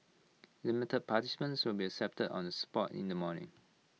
limited participants will be accepted on the spot in the morning